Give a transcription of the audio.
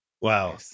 wow